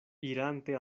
irante